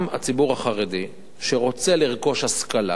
גם הציבור החרדי שרוצה לרכוש השכלה